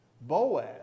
Boaz